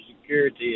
Security